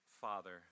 Father